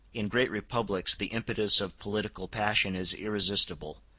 in great republics the impetus of political passion is irresistible,